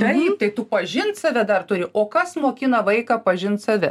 taip tai tu pažint save dar turi o kas mokina vaiką pažint save